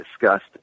discussed